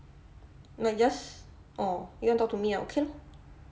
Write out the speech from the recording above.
like just orh you want talk to me ah okay lah